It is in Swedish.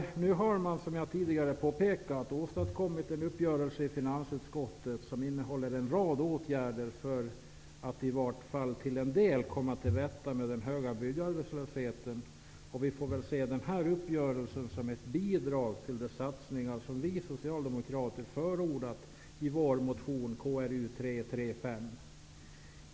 Nu har man, som jag tidigare påpekat, åstadkommit en uppgörelse i finansutskottet om en rad åtgärder för att i vart fall till en del komma till rätta med den höga byggarbetslösheten. Vi får väl se denna uppgörelse som ett bidrag till de satsningar som vi socialdemokrater förordat i vår motion Kr335.